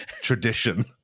tradition